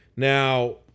Now